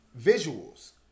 Visuals